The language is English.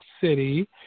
City